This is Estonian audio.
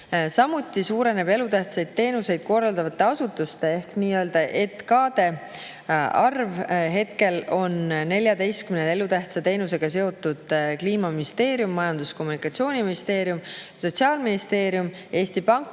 Samuti suureneb elutähtsaid teenuseid korraldavate asutuste ehk ETKA‑de arv. Hetkel on 14 elutähtsa teenusega seotud Kliimaministeerium, Majandus‑ ja Kommunikatsiooniministeerium, Sotsiaalministeerium, Eesti Pank